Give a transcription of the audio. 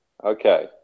Okay